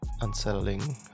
unsettling